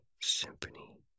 symphony